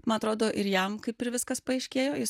man atrodo ir jam kaip ir viskas paaiškėjo jis